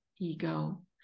ego